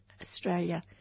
Australia